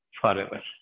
forever